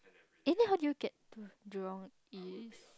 and then how do you get to Jurong East